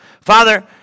Father